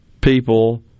people